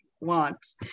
wants